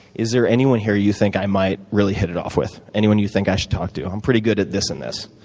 is there anyone here you think i might really hit it off with? anyone you think i should talk to? i'm pretty good at this and this.